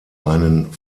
einen